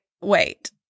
wait